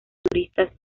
turistas